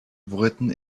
written